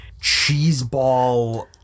cheeseball